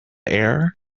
air